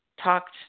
talked